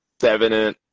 seven